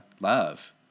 love